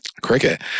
Cricket